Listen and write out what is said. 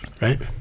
right